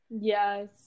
Yes